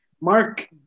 mark